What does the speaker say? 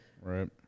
Right